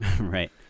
right